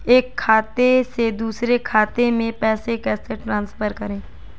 एक खाते से दूसरे खाते में पैसे कैसे ट्रांसफर करें?